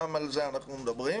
גם על זה אנחנו מדברים.